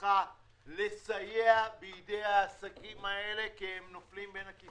משרדך לסייע בידי העסקים האלה כי הם נופלים בין הכיסאות.